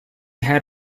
had